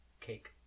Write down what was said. cake